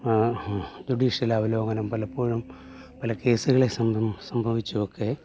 judicial അവലോകനം പലപ്പോഴും പല കേസുകളെ സംഭവിച്ചതൊക്കെ